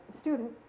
student